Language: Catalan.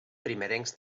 primerencs